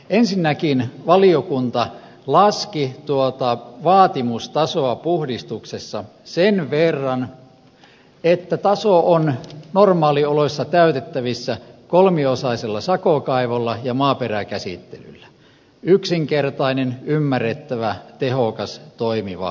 ensinnäkin valiokunta laski tuota vaatimustasoa puhdistuksessa sen verran että taso on normaalioloissa täytettävissä kolmiosaisella sakokaivolla ja maaperäkäsittelyllä yksinkertainen ymmärrettävä tehokas toimiva ratkaisu